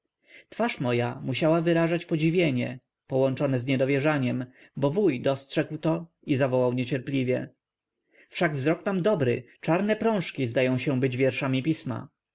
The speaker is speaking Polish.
twarz moja musiała wyrażać podziwienie połączone z niedowierzaniem bo wuj dostrzegł to i zawołał niecierpliwie wszak wzrok mam dobry czarne prążki zdają się być wierszami pisma